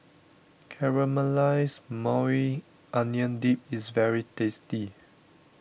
Caramelized Maui Onion Dip is very tasty